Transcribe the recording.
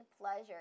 pleasure